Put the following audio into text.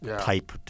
type